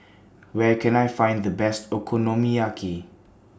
Where Can I Find The Best Okonomiyaki